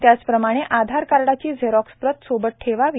त्याचप्रमाणे आधार कार्डची झेरॉक्सप्रत सोबत ठेवावी